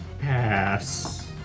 pass